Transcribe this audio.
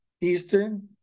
Eastern